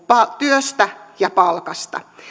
työstä ja palkasta